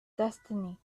destiny